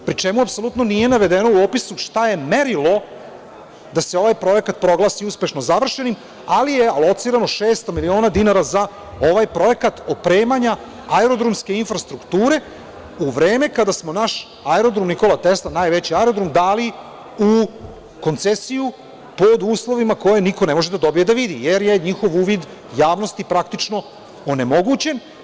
Pri čemu apsolutno nije navedeno u opisu šta je merilo da se ovaj projekat proglasi uspešno završenim, ali je alocirano 600 miliona dinara za ovaj projekat opremanja aerodromske infrastrukture, u vreme kada smo naš aerodrom „Nikola Tesla“, najveći aerodrom, dali u koncesiju pod uslovima koje niko ne može da dobije da vidi, jer je njihov uvid javnosti praktično onemogućen.